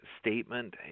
Statement